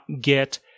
get